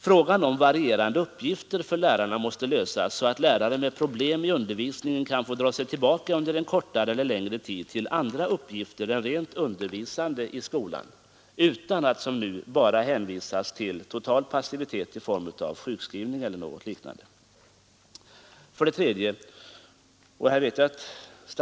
Frågan om varierande uppgifter för lärarna måste lösas, så att lärare med problem i undervisningen kan få dra sig tillbaka under kortare eller längre tid till andra uppgifter än rent undervisande i skolan, utan att som nu hänvisas till total passivitet i form av sjukskrivning och liknande. 3.